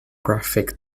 graphic